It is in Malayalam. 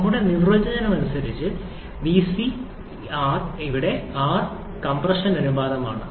നമ്മളുടെ നിർവചനം അനുസരിച്ച് 𝑉𝑐 𝑟 ഇവിടെ r എന്നത് കംപ്രഷൻ അനുപാതമാണ്